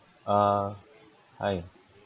uh hi